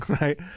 right